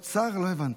לא הבנתי.